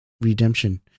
Redemption